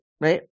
right